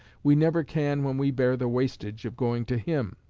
we never can when we bear the wastage of going to him.